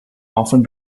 often